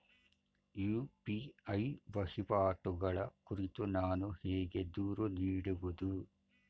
UPI ವಹಿವಾಟುಗಳ ಕುರಿತು ನಾನು ಹೇಗೆ ದೂರು ನೀಡುವುದು?